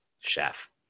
chef